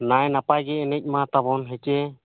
ᱱᱟᱭ ᱱᱟᱯᱟᱭ ᱜᱮ ᱮᱱᱮᱡ ᱢᱟ ᱛᱟᱵᱚᱱ ᱦᱮᱸᱥᱮ